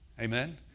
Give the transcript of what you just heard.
Amen